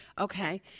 Okay